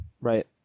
Right